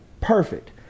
Perfect